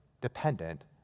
dependent